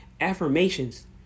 affirmations